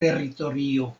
teritorio